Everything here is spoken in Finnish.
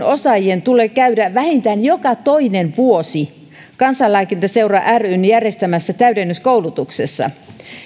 osaajien tulee käydä vähintään joka toinen vuosi kansanlääkintäseura ryn järjestämässä täydennyskoulutuksessa